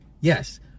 yes